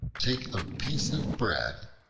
take a piece of bread,